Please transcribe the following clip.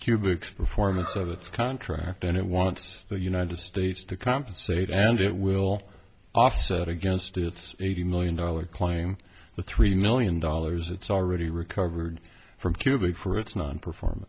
cubics performance of its contract and it wants the united states to compensate and it will offset against its eighty million dollar claim the three million dollars it's already recovered from cuba for its non perform